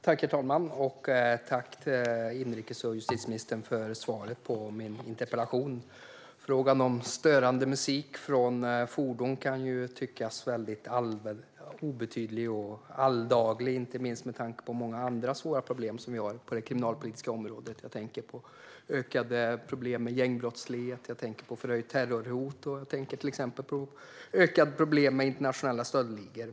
Herr talman! Tack, inrikes och justitieministern, för svaret på min interpellation! Frågan om störande musik från fordon kan tyckas väldigt obetydlig och alldaglig inte minst med tanke på många andra svåra problem som vi har på det kriminalpolitiska området. Jag tänker på ökade problem med gängbrottslighet, förhöjt terrorhot och till exempel på ökade problem med internationella stöldligor.